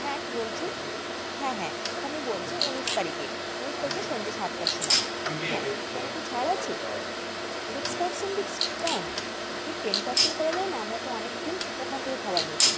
হ্যাঁ কী বলছেন হ্যাঁ হ্যাঁ ওটা আমি বলছি ঊনিশ তারিখে ঊনিশ তারিখে সন্ধে সাতটার সময় হ্যাঁ কোনও কি ছাড় আছে সিক্স পার্সেন্ট ডিসকাউন্ট কি টেন পার্সেন্ট করা যায় না আমরা তো অনেক দিন ওখান থেকে খাবার নিচ্ছি